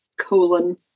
colon